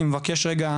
אני מבקש רגע,